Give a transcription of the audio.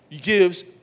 gives